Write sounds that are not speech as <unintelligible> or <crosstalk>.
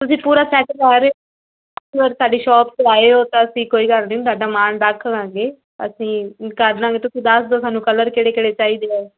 ਤੁਸੀਂ ਪੂਰਾ <unintelligible> ਸਾਡੀ ਸ਼ੋਪ 'ਤੇ ਆਏ ਹੋ ਤਾਂ ਅਸੀਂ ਕੋਈ ਗੱਲ ਨਹੀਂ ਤੁਹਾਡਾ ਮਾਨ ਤਾਂ ਰੱਖਾਂਗੇ ਅਸੀਂ ਕਰ ਲਵਾਂਗੇ ਤਾਂ ਕੋਈ ਦੱਸ ਦਿਓ ਸਾਨੂੰ ਕਲਰ ਕਿਹੜੇ ਕਿਹੜੇ ਚਾਹੀਦੇ ਆ